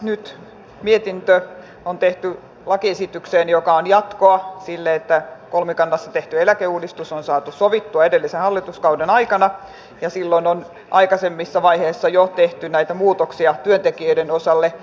tämä mietintö on nyt tehty lakiesitykseen joka on jatkoa sille että kolmikannassa tehty eläkeuudistus on saatu sovittua edellisen hallituskauden aikana ja silloin on jo aikaisemmissa vaiheissa tehty näitä muutoksia työntekijöiden osalta